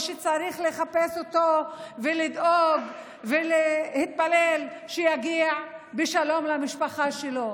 ושצריך לחפש אותו ולדאוג ולהתפלל שיגיע בשלום למשפחה שלו.